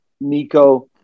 Nico